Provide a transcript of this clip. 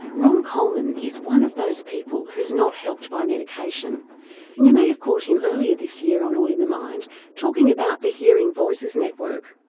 ron coleman is one of those people who's not helped by medication and you may have caught him earlier this year on all in the mind talking about the hearing voices network.